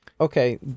okay